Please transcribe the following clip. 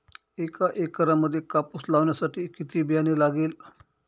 एका एकरामध्ये कापूस लावण्यासाठी किती बियाणे लागेल?